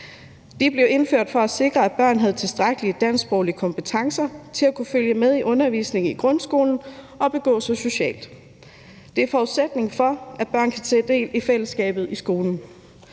De blev indført for at sikre, at børn havde tilstrækkelige dansksproglige kompetencer til at kunne følge med i undervisningen i grundskolen og begå sig socialt. Det er forudsætningen for, at børn kan tage del i fællesskabet i skolen.